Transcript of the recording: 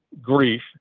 grief